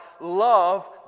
love